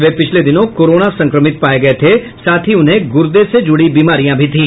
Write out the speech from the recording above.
वे पिछले दिनों कोरोना संक्रमित पाये गये थे साथ ही उन्हें गुर्दे से जुड़ी बीमारियां भी थी